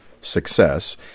success